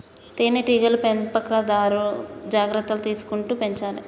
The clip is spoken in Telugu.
తేనె టీగల పెంపకందారు జాగ్రత్తలు తీసుకుంటూ పెంచాలే